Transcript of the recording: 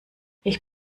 ich